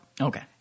Okay